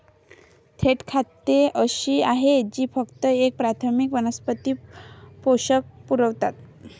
थेट खते अशी आहेत जी फक्त एक प्राथमिक वनस्पती पोषक पुरवतात